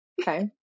Okay